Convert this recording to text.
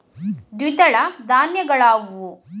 ದ್ವಿದಳ ಧಾನ್ಯಗಳಾವುವು?